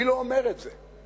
מי לא אומר את זה?